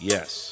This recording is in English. Yes